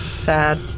Sad